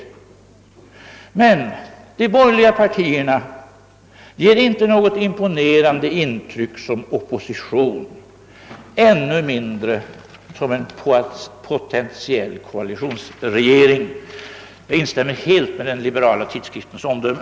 Men de borgerliga partierna ger inte något imponerande intryck som opposition, ännu mindre som en potentiell koalitionsregering.» Jag instämmer helt i den liberala tidskriftens omdöme.